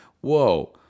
Whoa